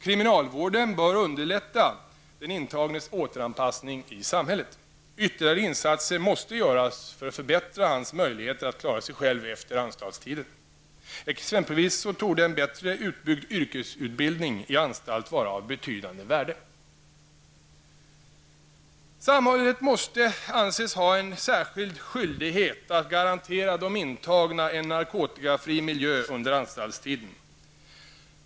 Kriminalvården bör underlätta den intagnes återanpassning i samhället. Ytterligare insatser måste göras för att förbättra hans möjligheter att klara sig själv efter anstaltstiden. Exempelvis torde en bättre utbyggd yrkesutbildning i anstalt vara av betydande värde. Samhället måste anses ha en särskild skyldighet att garantera de intagna en narkotikafri miljö under anstaltstiden.